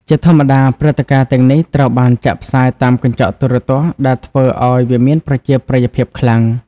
ជាធម្មតា ព្រឹត្តិការណ៍ទាំងនេះត្រូវបានចាក់ផ្សាយតាមកញ្ចក់ទូរទស្សន៍ ដែលធ្វើឲ្យវាមានប្រជាប្រិយភាពខ្លាំង។